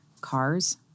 cars